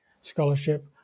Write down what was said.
scholarship